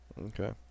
Okay